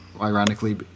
ironically